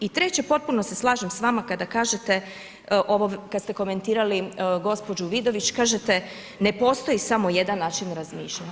I treće, potpuno se slažem s vama kada kažete ovo, kada ste komentirali gospođu Vidović, kažete ne postoji samo jedan način razmišljanja.